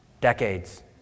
Decades